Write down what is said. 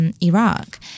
Iraq